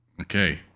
Okay